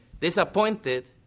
disappointed